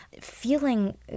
feeling